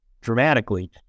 dramatically